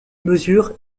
mesure